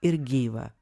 ir gyvą